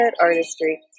artistry